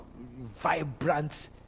vibrant